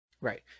right